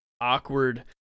awkward